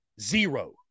zero